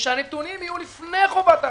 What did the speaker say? ושהנתונים יהיו לפני חובת ההתקנה.